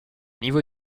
niveau